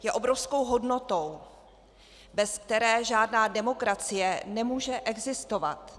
Je obrovskou hodnotou, bez které žádná demokracie nemůže existovat.